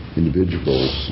individuals